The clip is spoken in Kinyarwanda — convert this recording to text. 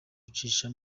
ucisha